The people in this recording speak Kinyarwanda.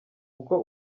uko